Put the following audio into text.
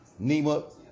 Nima